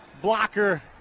blocker